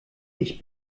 ich